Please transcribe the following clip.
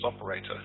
operator